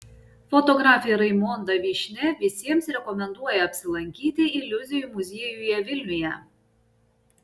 fotografė raimonda vyšnia visiems rekomenduoja apsilankyti iliuzijų muziejuje vilniuje